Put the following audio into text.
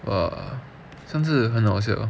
上次很好笑